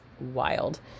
Wild